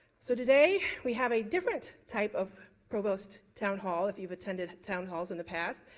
so today we have a different type of provost town hall, if you have attended town hall's in the past.